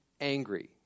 angry